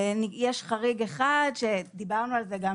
יש חריג אחד, דיברנו על זה גם